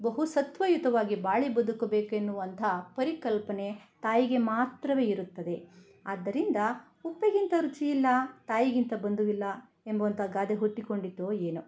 ಬಹುಸತ್ವಯುತವಾಗಿ ಬಾಳಿ ಬದುಕಬೇಕೆನ್ನುವಂತಹ ಪರಿಕಲ್ಪನೆ ತಾಯಿಗೆ ಮಾತ್ರವೇ ಇರುತ್ತದೆ ಆದ್ದರಿಂದ ಉಪ್ಪಿಗಿಂತ ರುಚಿಯಿಲ್ಲ ತಾಯಿಗಿಂತ ಬಂಧುವಿಲ್ಲ ಎಂಬುವಂತ ಗಾದೆ ಹುಟ್ಟಿಕೊಂಡಿತೋ ಏನೋ